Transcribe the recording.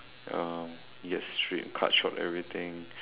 um you get to straight cut short everything